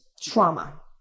trauma